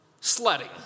sledding